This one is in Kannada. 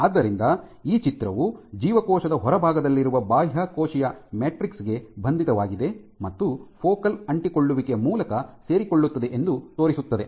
ಆದ್ದರಿಂದ ಈ ಚಿತ್ರವು ಜೀವಕೋಶದ ಹೊರಭಾಗದಲ್ಲಿರುವ ಬಾಹ್ಯಕೋಶೀಯ ಮ್ಯಾಟ್ರಿಕ್ಸ್ ಗೆ ಬಂಧಿತವಾಗಿದೆ ಮತ್ತು ಫೋಕಲ್ ಅಂಟಿಕೊಳ್ಳುವಿಕೆಯ ಮೂಲಕ ಸೇರಿಕೊಳ್ಳುತ್ತದೆ ಎಂದು ತೋರಿಸುತ್ತದೆ